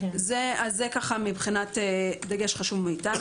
זה דגש חשוב שלנו.